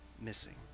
missing